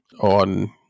on